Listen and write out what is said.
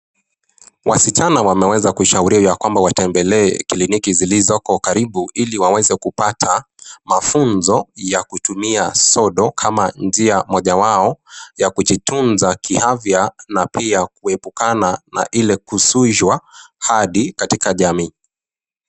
Wasichana wameweza kushauriwa ya kwamba watembelee kliniki zilizoko karibu, ili waweze kupata mafunzo ya kutumia sodo, kama njia mojawao ya kujitunza kiafya na pia kuepukana na Ile kusuhswa hadi katika Jamii.